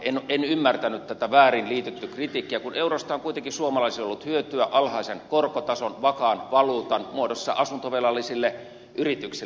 en ymmärtänyt tätä väärin liitetty kritiikkiä kun eurosta on kuitenkin suomalaisille ollut hyötyä alhaisen korkotason vakaan valuutan muodossa asuntovelallisille yrityksille